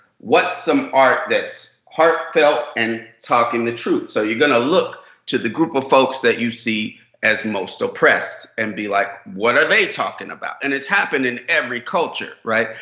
what's some art that's heartfelt and talking the truth? so you're gonna look to the group of folks that you see as most oppressed. and be like what are they talking about? and it's happened in every culture. right?